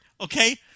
okay